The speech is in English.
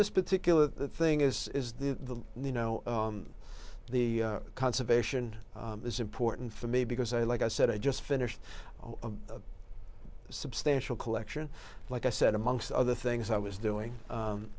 this particular thing is is the you know the conservation is important for me because i like i said i just finished a substantial collection like i said amongst other things i was doing